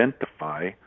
identify